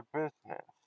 business